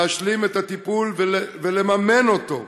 להשלים את הטיפול ולממן אותו,